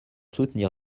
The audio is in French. soutenir